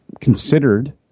considered